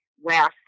west